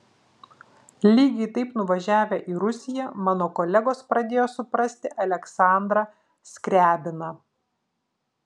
lygiai taip nuvažiavę į rusiją mano kolegos pradėjo suprasti aleksandrą skriabiną